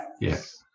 Yes